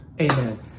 Amen